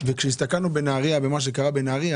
וכשהסתכלנו במה שקרה בנהריה,